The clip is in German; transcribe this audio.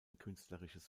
künstlerisches